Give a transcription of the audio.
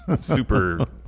super